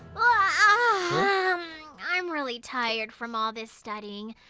ah um i'm really tired from all this studying.